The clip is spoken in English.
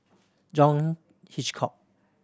John Hitchcock